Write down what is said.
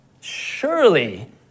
Surely